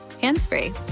hands-free